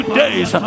days